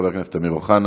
חבר הכנסת אמיר אוחנה.